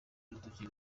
urutoki